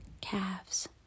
calves